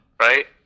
Right